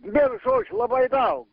vienu žodžiu labai daug